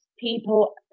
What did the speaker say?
people